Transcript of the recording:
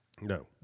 No